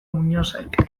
muñozek